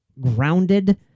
grounded